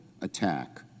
attack